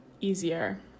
easier